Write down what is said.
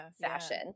fashion